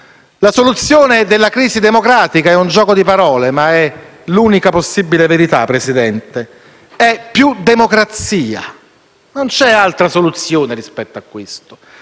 La soluzione della crisi democratica è un gioco di parole, ma è l'unica possibile verità: è più democrazia. Non c'è altra soluzione rispetto a questo.